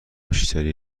بیشتری